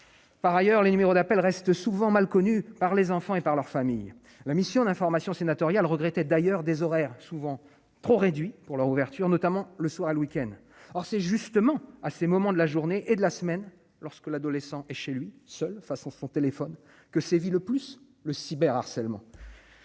par ailleurs, les numéros d'appel restent souvent mal connue par les enfants et par leur famille, la mission d'information sénatoriale, regrettait d'ailleurs des horaires souvent trop réduit pour leur ouverture, notamment le soir, à le week-end, or c'est justement à ces moments de la journée et de la semaine lorsque l'adolescent et chez lui, seule façon Tél que sévit le plus, le cyber harcèlement